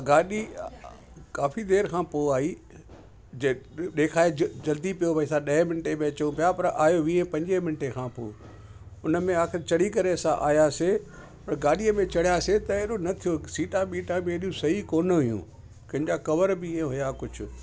गाॾी काफ़ी देर खां पोइ आई ज ॾेखारे ज जल्दी पियो असां ॾह मिंटे में अचूं पिया पर आहियो वीह पंजुवीह मिंटे खां पोइ उनमें आख़िर चढ़ी करे असां आहियासीं गाॾीअ में चढ़ियासीं त अहिड़ो न थियो सीटा वीटा बि एॾी सही कोन हुयूं कोन जा कवर बि ईंअ हुआ कुझु